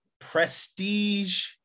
prestige